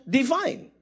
divine